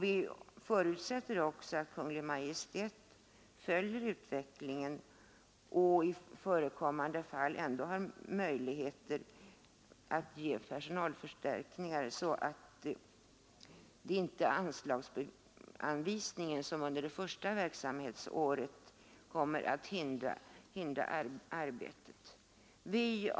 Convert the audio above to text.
Vi förutsätter också att Kungl. Maj:t följer utvecklingen och i förekommande fall ändå har möjligheter att göra personalförstärkningar, så att storleken av anslagsanvisningen under det första året inte kommer att hindra arbetet.